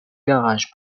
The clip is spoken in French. garage